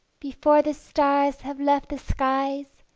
before the stars have left the skies,